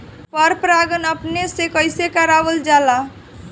पर परागण अपने से कइसे करावल जाला?